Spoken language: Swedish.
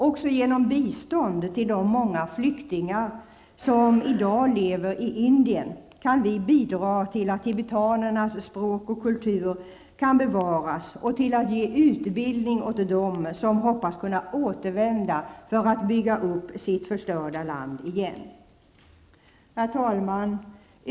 Även genom bistånd till de många flyktingar som i dag lever i Indien kan vi bidra till att tibetanernas språk och kultur kan bevaras och till att ge utbildning åt dem som hoppas kunna återvända för att bygga upp sitt förstörda land igen. Herr talman!